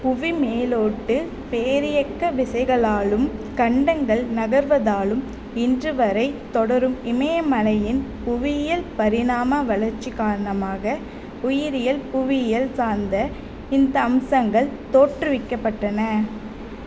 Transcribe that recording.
புவிமேலோட்டு பேரியக்க விசைகளாலும் கண்டங்கள் நகர்வதாலும் இன்று வரை தொடரும் இமயமலையின் புவியியல் பரிணாம வளர்ச்சி காரணமாக உயிரியல் புவியியல் சார்ந்த இந்த அம்சங்கள் தோற்றுவிக்கப்பட்டன